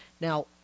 Now